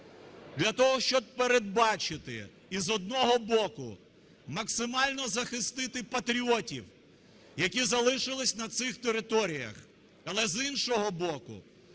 для того, щоб передбачити і, з одного боку, максимально захистити патріотів, які залишилися на цих територіях, але, з іншого боку,